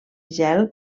gel